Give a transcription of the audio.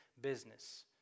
business